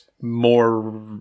more